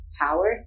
power